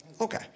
Okay